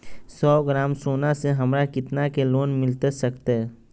सौ ग्राम सोना से हमरा कितना के लोन मिलता सकतैय?